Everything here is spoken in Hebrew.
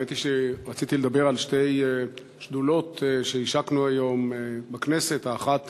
האמת היא שרציתי לדבר על שתי שדולות שהשקנו היום בכנסת: האחת